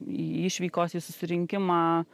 į išvykos į susirinkimą